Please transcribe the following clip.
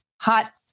hot